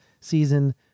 season